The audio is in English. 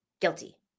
guilty